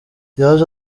yaje